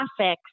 graphics